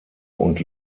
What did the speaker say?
und